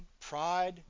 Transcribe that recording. pride